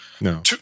no